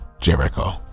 Jericho